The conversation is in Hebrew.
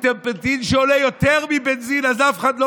טרפנטין עולה יותר מבנזין אז אף אחד לא